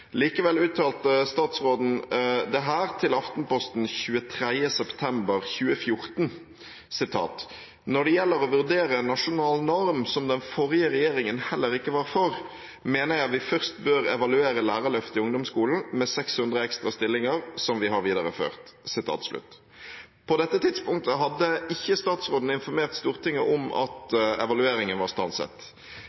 Likevel uttalte statsråden dette til Aftenposten 23. september 2014: «Når det gjelder å vurdere en nasjonal norm, som den forrige regjeringen heller ikke var for, mener jeg vi først bør evaluere lærerløftet i ungdomsskolen med 600 ekstra stillinger, som vi har videreført.» På dette tidspunktet hadde ikke statsråden informert Stortinget om at